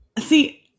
see